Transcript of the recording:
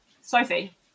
Sophie